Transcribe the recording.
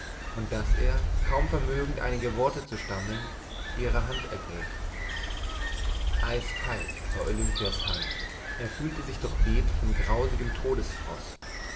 und daß er kaum vermögend einige worte zu stammeln ihre hand ergriff eiskalt war olimpias hand er fühlte sich durchbebt von grausigem